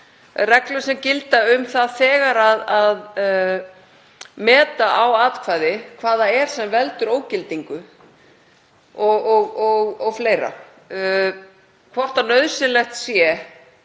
reglur sem gilda um það þegar meta á atkvæði, hvað það er sem veldur ógildingu o.fl., hvort nauðsynlegt sé